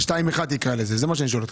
זה 2.1. על זה אני שואל אותך.